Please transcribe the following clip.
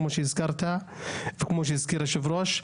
כמו שהזכרת וכמו שהזכיר היושב-ראש.